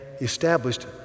established